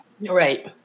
Right